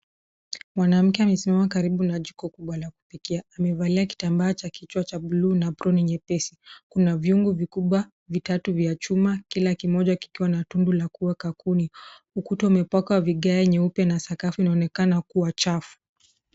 Mwanamke amesimama karibu na jiko kubwa la kupikia. Amevalia kitambaa cha kichwa cha buluu na aproni nyepesi. Kuna viungu vikubwa vitatu vya chuma kila kimoja kikiwa na tundu la kuwaka kuni. Ukuta umepakwa vigae nyeupe na sakafu inaonekana kuwa chafu.